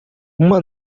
uma